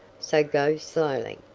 so go slowly.